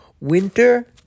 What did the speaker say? Winter